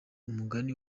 umugani